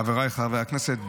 חבריי חברי הכנסת,